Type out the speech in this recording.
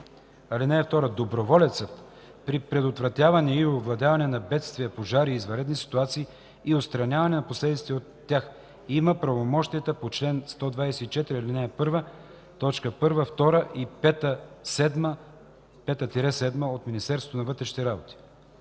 ал. 2: „(2) Доброволецът при предотвратяване или овладяване на бедствия, пожари и извънредни ситуации и отстраняване на последиците от тях има правомощията по чл. 124, ал. 1, т. 1, 2 и 5-7 от Закона за Министерството на вътрешните работи.”